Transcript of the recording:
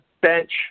bench